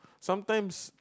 sometimes